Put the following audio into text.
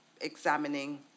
examining